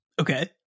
Okay